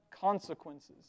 consequences